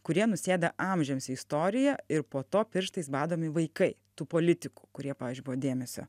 kurie nusėda amžiams į istoriją ir po to pirštais badomi vaikai tų politikų kurie pavyzdžiui buvo dėmesio